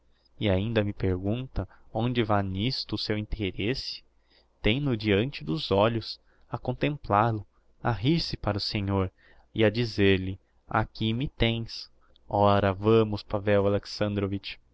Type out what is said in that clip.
e ainda me pergunta onde vae n'isto o seu interesse tem no deante dos olhos a contemplál o a rir-se para o senhor e a dizer-lhe aqui me tens ora vamos pavel